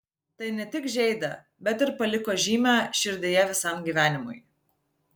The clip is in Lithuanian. tai ne tik žeidė bet ir paliko žymę širdyje visam gyvenimui